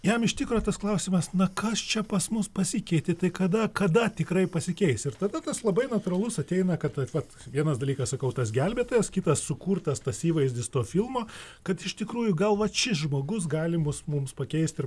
jam iš tikro tas klausimas na kas čia pas mus pasikeitė tai kada kada tikrai pasikeis ir tada tas labai natūralus ateina kad taip vat vienas dalykas sakau tas gelbėtojas kitas sukurtas tas įvaizdis to filmo kad iš tikrųjų gal vat šis žmogus gali mus mums pakeist ir